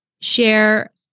share